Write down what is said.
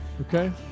Okay